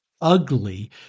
ugly